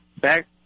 back